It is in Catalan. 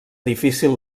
difícil